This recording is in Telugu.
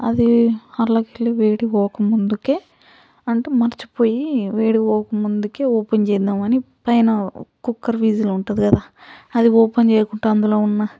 అది అట్లకెళ్ళి వేడి పోకముందుకే అంటే మర్చిపోయి వేడి పోకముందుకే ఓపెన్ చేద్దామని పైన కుక్కర్ విజిల్ ఉంటుంది కదా అది ఓపెన్ చేయకుంటే అందులో ఉన్న